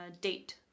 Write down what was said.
date